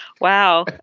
Wow